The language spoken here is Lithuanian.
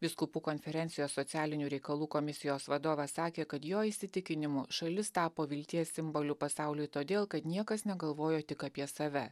vyskupų konferencijos socialinių reikalų komisijos vadovas sakė kad jo įsitikinimu šalis tapo vilties simboliu pasauliui todėl kad niekas negalvojo tik apie save